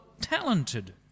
talented